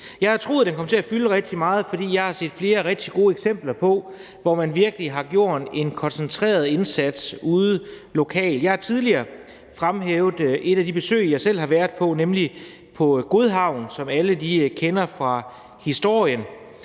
Jeg havde troet, det kom til at fylde rigtig meget, fordi jeg har set flere rigtig gode eksempler på, at man virkelig har gjort en koncentreret indsats ude lokalt. Jeg har tidligere fremhævet et af de besøg, jeg selv har været på, nemlig på Godhavn, som alle kender fra historien.